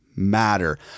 matter